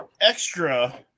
extra